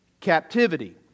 captivity